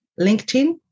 LinkedIn